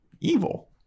evil